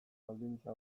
baldintza